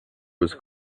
was